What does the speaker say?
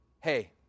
hey